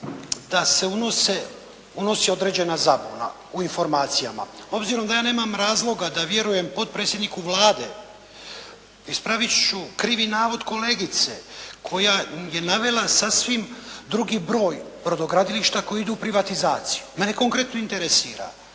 da se unosi određena zabuna u informacijama. Obzirom da ja nemam razloga da vjerujem potpredsjedniku Vlade ispravit ću krivi navod kolegice koja je navela sasvim drugi broj brodogradilišta koja idu u privatizaciju. Mene konkretno interesira